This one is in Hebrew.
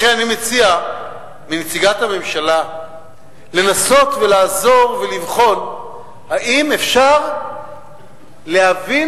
לכן אני מציע לנציגת הממשלה לנסות לעזור ולבחון אם אפשר להבין